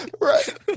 right